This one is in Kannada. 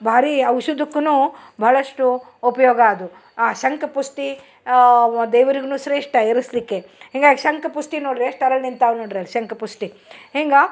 ಭಾರಿ ಔಷದುಕ್ಕುನು ಭಾಳಷ್ಟು ಉಪಯೋಗ ಅದು ಆ ಶಂಕಪುಷ್ಟಿ ದೇವರೀಗೂನು ಶ್ರೇಷ್ಠ ಏರಿಸಲಿಕ್ಕೆ ಹಿಂಗಾಗಿ ಶಂಕಪುಷ್ಟಿ ನೋಡ್ರೆ ಎಷ್ಟು ಅರಳಿ ನಿಂತಾವ ನೋಡ್ರಿ ಅಲ್ಲಿ ಶಂಕಪುಷ್ಟಿ ಹಿಂಗೆ